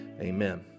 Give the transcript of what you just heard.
Amen